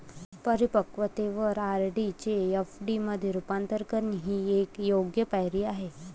परिपक्वतेवर आर.डी चे एफ.डी मध्ये रूपांतर करणे ही एक योग्य पायरी आहे